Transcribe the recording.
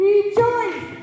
Rejoice